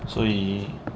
所以